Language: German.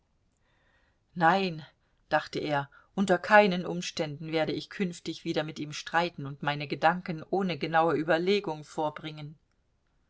nein dachte er unter keinen umständen werde ich künftig wieder mit ihm streiten und meine gedanken ohne genaue überlegung vorbringen